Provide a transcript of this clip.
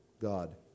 God